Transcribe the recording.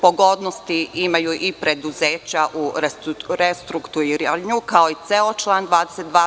Pogodnosti imaju i preduzeća u restrukturiranju, kao i ceo član 22.